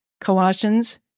Colossians